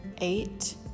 Eight